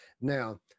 now